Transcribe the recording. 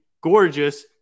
gorgeous